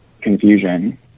Confusion